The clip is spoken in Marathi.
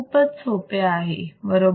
खूप सोपे आहे बरोबर